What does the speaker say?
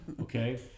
Okay